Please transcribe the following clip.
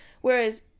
Whereas